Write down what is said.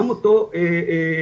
גם אותו אדם,